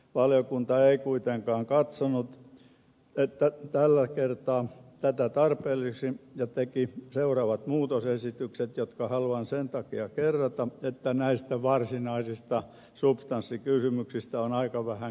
valiokunta ei kuitenkaan katsonut tällä kertaa tätä tarpeelliseksi ja teki seuraavat muutosesitykset jotka haluan sen takia kerrata että näistä varsinaisista substanssikysymyksistä on aika vähän käyty keskustelua